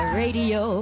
radio